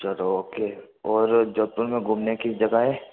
चलो ओके और जोधपुर मे घूमने की जगह है